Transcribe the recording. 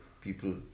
people